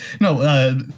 no